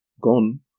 gone